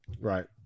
Right